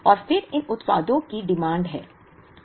और फिर इन उत्पादों की मांग है